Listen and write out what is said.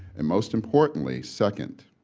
and most importantly, second,